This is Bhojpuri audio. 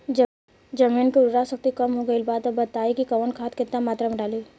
जमीन के उर्वारा शक्ति कम हो गेल बा तऽ बताईं कि कवन खाद केतना मत्रा में डालि?